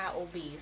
obese